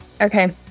Okay